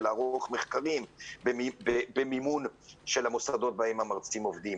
לערוך מחקרים במימון של המוסדות בהם המרצים עובדים,